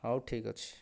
ହଉ ଠିକ ଅଛି